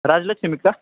राजलक्ष्मी का